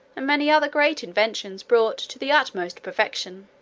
and many other great inventions, brought to the utmost perfection.